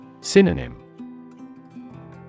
Synonym